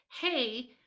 hey